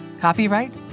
Copyright